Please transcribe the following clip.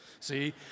See